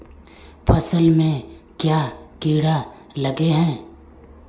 फसल में क्याँ कीड़ा लागे है?